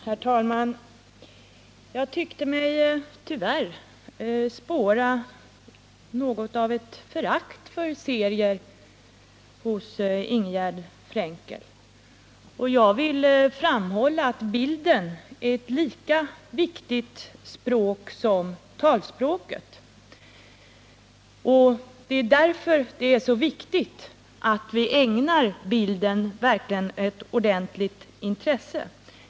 Herr talman! Jag tyckte mig tyvärr spåra något av ett förakt för serier hos Ingegärd Frenkel. Jag vill framhålla att bildspråket är ett lika viktigt språk som taloch skriftspråken. Det är därför det är så viktigt att vi verkligen ägnar bilden ett ordentligt intresse.